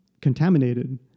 contaminated